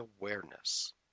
awareness